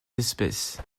espèces